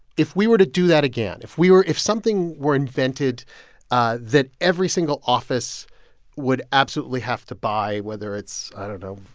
if we were to do that again, if we were if something were invented ah that every single office would absolutely have to buy, whether it's, i don't know,